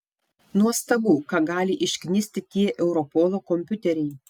nuostabu ką gali išknisti tie europolo kompiuteriai